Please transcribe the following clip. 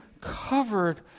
covered